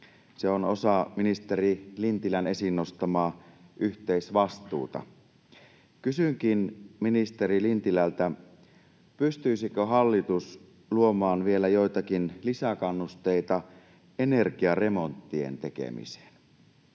Se on osa ministeri Lintilän esiin nostamaa yhteisvastuuta. Kysynkin ministeri Lintilältä: pystyisikö hallitus luomaan vielä joitakin lisäkannusteita energiaremonttien tekemiseen?